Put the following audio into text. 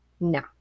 no